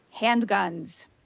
handguns